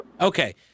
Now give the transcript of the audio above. Okay